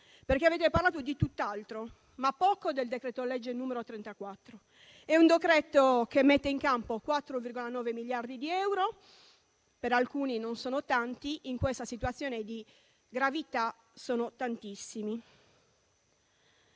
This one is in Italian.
perché avete parlato di tutt'altro, ma poco del decreto-legge n. 34 del 2023. Il provvedimento mette in campo 4,9 miliardi di euro: per alcuni non sono tanti, ma in questa situazione di gravità sono tantissimi.